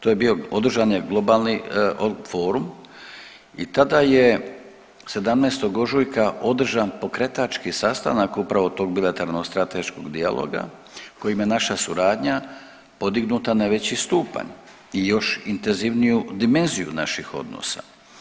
To je bio održan je globalni formu i tada je 17. ožujka održan pokretački sastanak upravo tog bilateralnog strateškog dijaloga kojim je naša suradnja podignuta na veći stupanj i još intenzivniju dimenziju naših odnosa.